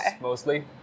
mostly